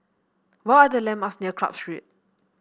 what are the landmarks near Club Street